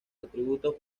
atributos